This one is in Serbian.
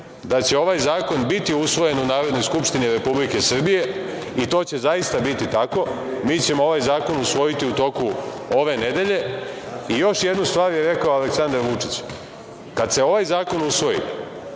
da će ovaj zakon biti usvojen u Narodnoj skupštini Republike Srbije i to će zaista biti tako. Mi ćemo ovaj zakon usvojiti u toku ove nedelje. Još jednu stvar je rekao Aleksandar Vučić - kada se ovaj zakon usvoji